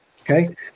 Okay